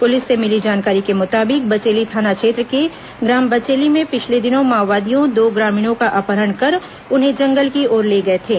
police से मिली जानकारी के मुताबिक बचेली थाना क्षेत्र के ग्राम बचेली में पिछले दिनों माओवादी दो ग्रामीणों का अपहरण कर उन्हें जंगल की ओर ले गए थे